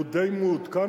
הוא די מעודכן,